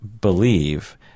believe